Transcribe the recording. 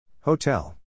Hotel